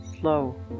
Slow